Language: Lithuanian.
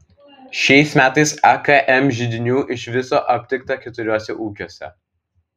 šiais metais akm židinių iš viso aptikta keturiuose ūkiuose